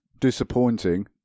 disappointing